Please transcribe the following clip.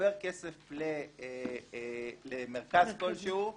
שעובר כסף למרכז כלשהו,